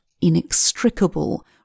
inextricable